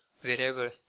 Wherever